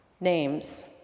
Names